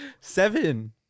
Seven